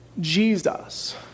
Jesus